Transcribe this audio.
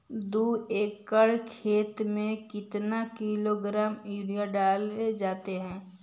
दू एकड़ खेत में कितने किलोग्राम यूरिया डाले जाते हैं?